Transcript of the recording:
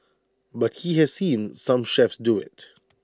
but he has seen some chefs do IT